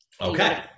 okay